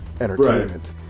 entertainment